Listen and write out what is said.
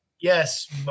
Yes